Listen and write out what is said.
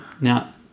Now